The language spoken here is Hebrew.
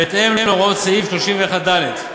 בהתאם להוראות סעיף 31(ד)